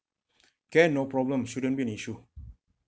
can no problem shouldn't be an issue